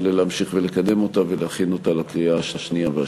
להמשיך ולקדם אותה ולהכין אותה לקריאה השנייה והשלישית.